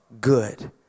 good